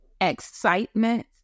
excitement